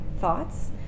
thoughts